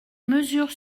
mesures